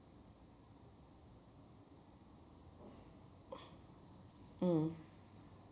mm